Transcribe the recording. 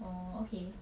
orh okay